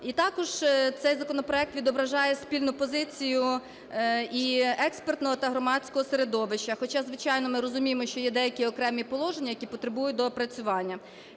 І також цей законопроект відображає спільну позицію і експертного та громадського середовища, хоча, звичайно, ми розуміємо, що є деякі окремі положення, які потребують доопрацювання.